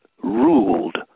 ruled